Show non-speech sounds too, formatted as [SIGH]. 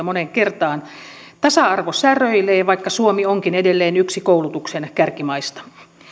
[UNINTELLIGIBLE] moneen kertaan tasa arvo säröilee vaikka suomi onkin edelleen yksi koulutuksen kärkimaista